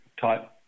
type